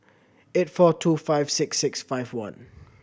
eight four two five six six five one